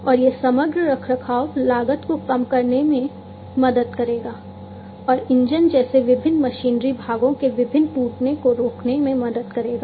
और यह समग्र रखरखाव लागत को कम करने में मदद करेगा और इंजन जैसे विभिन्न मशीनरी भागों के विभिन्न टूटने को रोकने में मदद करेगा